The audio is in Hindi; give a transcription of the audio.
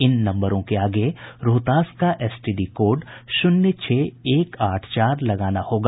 इन नम्बरों के आगे रोहतास का एसटीडी कोड शून्य छह एक आठ चार लगाना होगा